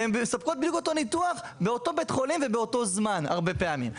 והן מספקות בדיוק את אותו ניתוח באותו בית חולים ובאותו זמן הרבה פעמים.